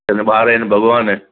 चवंदा ॿार आहिनि भॻवानु आहे